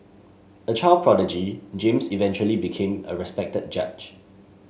a child prodigy James eventually became a respected judge